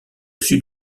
sud